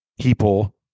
people